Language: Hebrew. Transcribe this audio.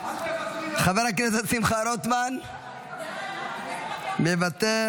חבר הכנסת שמחה רוטמן, מוותר.